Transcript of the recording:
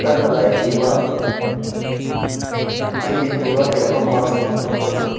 term life بیمہ کے لیے بیمہ کی رقم پانچ سو منتخب کردو